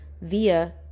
via